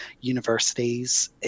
universities